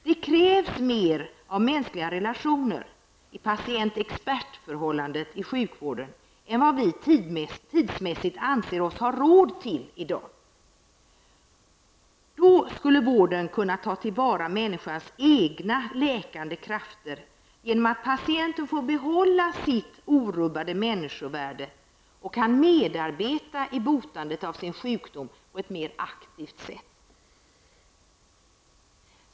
Det krävs mer av mänskliga relationer i patient--expertförhållandet i sjukvården än vad vi tidsmässigt anser oss ha råd med i dag. Då skulle vården kunna ta till vara människans egna läkande krafter genom att patienten får behålla sitt orubbade människovärde och kan medarbeta i botandet av sin sjukdom på ett mer aktivt sätt.